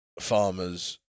farmers